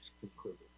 concluded